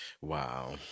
Wow